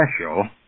special